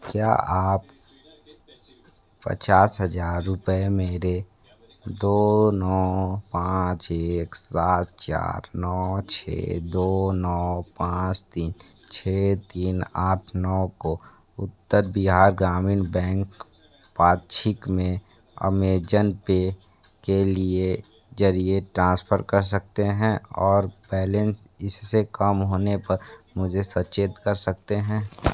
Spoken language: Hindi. क्या आप पचास हज़ार रुपये मेरे दो नौ पाँच एक सात चार नौ छः दो नौ पाँच तीन छः तीन आठ नौ को उत्तर बिहार ग्रामीण बैंक पाक्षिक में अमेजन पे के लिए ज़रिए ट्रांसफ़र कर सकते हैं और बैलेंस इससे कम होने पर मुझे सचेत कर सकते हैं